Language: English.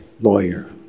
lawyer